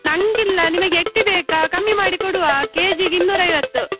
ನನಗಿಲ್ಲ ನಿಮಗೆ ಎಟ್ಟಿ ಬೇಕಾ ಕಮ್ಮಿ ಮಾಡಿ ಕೊಡುವ ಕೆ ಜಿಗೆ ಇನ್ನೂರೈವತ್ತು